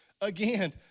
again